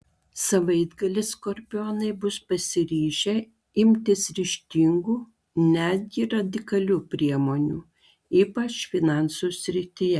savaitgalį skorpionai bus pasiryžę imtis ryžtingų netgi radikalių priemonių ypač finansų srityje